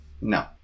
No